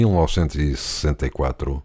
1964